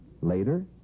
Later